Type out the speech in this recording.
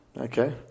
Okay